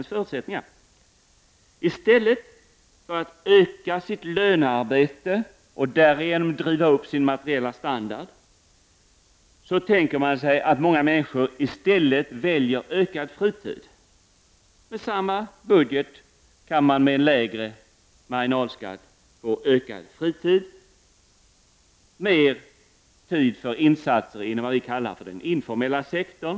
Man tänker sig att många människor i stället för att öka sitt lönearbete och därigenom driva upp sin materiella standard skall välja ökad fritid. Med samma budget kan man alltså med lägre marginalskatt få ökad fritid. Man får tid för insatser inom vad vi kallar den informella sektorn.